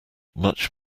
much